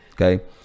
okay